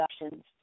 options